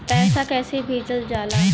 पैसा कैसे भेजल जाला?